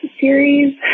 series